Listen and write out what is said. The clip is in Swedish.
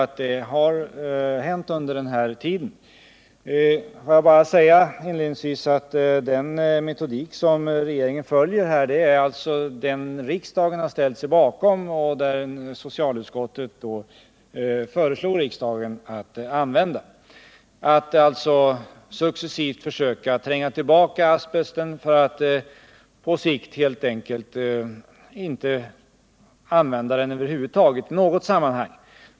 Låt mig inledningsvis bara säga att den metodik regeringen följer är den riksdagen ställde sig bakom och socialutskottet föreslog riksdagen att använda, nämligen att successivt försöka tränga tillbaka asbesten för att på sikt helt enkelt inte använda den i något sammanhang över huvud taget.